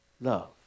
love